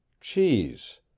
cheese